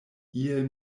iel